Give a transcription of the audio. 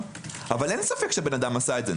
אבל אין ספק שהאדם עשה את זה.